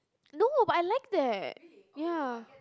no but I liked that ya